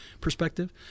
perspective